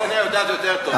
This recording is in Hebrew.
קסניה יודעת יותר טוב.